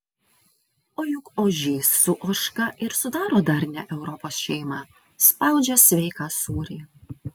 o juk ožys su ožka ir sudaro darnią europos šeimą spaudžia sveiką sūrį